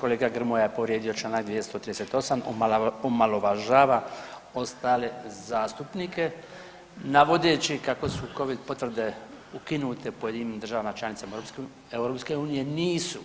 Kolega Grmoja je povrijedio čl. 238, omalovažava ostale zastupnike navodeći kako su Covid potvrde ukinute u pojedinim državama članicama EU, nisu,